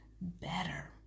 better